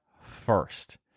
first